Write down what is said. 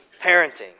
parenting